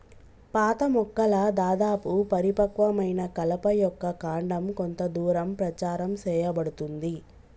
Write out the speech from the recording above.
పాత మొక్కల దాదాపు పరిపక్వమైన కలప యొక్క కాండం కొంత దూరం ప్రచారం సేయబడుతుంది